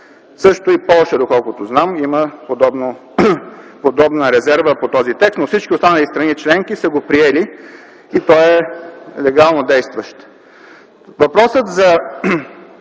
Също и Полша, доколкото знам, има подобна резерва по този текст, но всички останали страни членки са го приели и той е легално действащ. Въпросът за